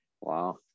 Wow